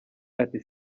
ati